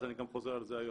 אני חוזר על זה היום,